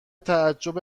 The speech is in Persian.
تعجب